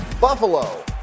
Buffalo